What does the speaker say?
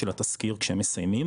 של התזכיר כשהם מסיימים,